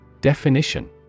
Definition